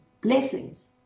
blessings